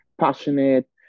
passionate